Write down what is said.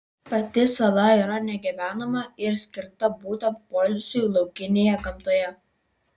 pati sala yra negyvenama ir skirta būtent poilsiui laukinėje gamtoje